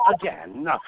again